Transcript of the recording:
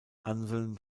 anselm